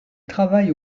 travaille